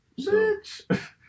Bitch